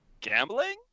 Gambling